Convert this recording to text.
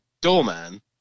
Doorman